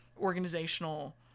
organizational